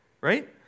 right